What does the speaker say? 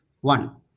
One